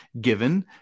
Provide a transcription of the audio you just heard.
given